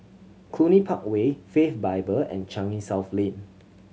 Cluny Park Way Faith Bible and Changi South Lane